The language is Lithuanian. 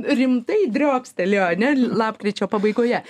rimtai driokstelėjo ane lapkričio pabaigoje